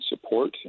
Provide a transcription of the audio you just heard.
support